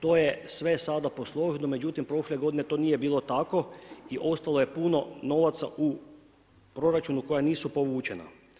To je sve sada posloženo, međutim prošle godine to nije bilo tako i ostalo je puno novaca u proračunu koja nisu povučena.